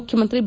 ಮುಖ್ಯಮಂತ್ರಿ ಬಿ